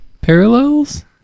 Parallels